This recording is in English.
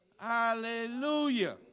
Hallelujah